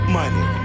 money